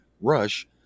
Rush